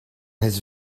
his